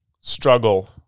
struggle